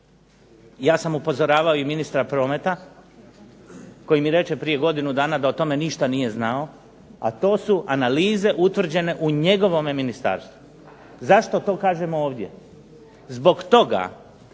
Ja sam upozoravao i ministra prometa, koji mi reče prije godinu da na da o tome nije ništa znao, a to su analize utvrđene u njegovom ministarstvu. Zašto to kažem ovdje? Zbog toga